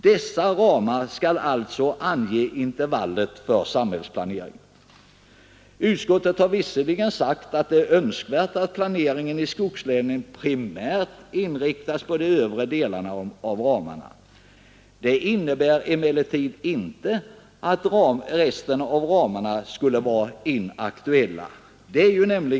Dessa ramar skall alltså utgöra riktlinjer för samhällsplaneringen. Utskottet har visserligen sagt att det är önskvärt att planeringen i skogslänen inriktas på de övre delarna av ramarna. Det innebär emellertid inte att resten av ramarna skulle vara inaktuella.